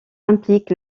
implique